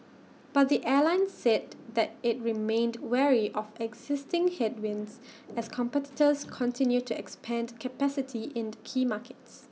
but the airline said that IT remained wary of existing headwinds as competitors continue to expand capacity in key markets